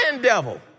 devil